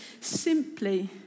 simply